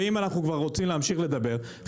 ואם אנחנו כבר רוצים להמשיך לדבר,